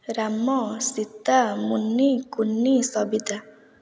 Ram Sita Muni Kuni Sabita